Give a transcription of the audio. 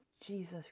Jesus